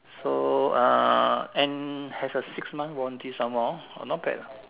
so uh and has a six months warranty some more not bad